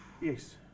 Yes